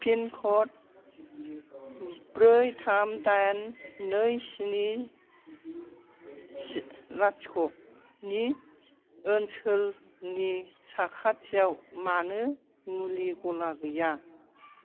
पिनक'ड ब्रै थाम दाइन नै स्नि लाथिख'नि ओनसोलनि साखाथियाव मानो मुलि गला गैया